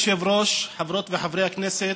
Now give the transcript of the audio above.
אדוני היושב-ראש, חברות וחברי הכנסת,